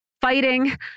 fighting